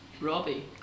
Robbie